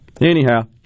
Anyhow